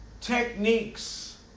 techniques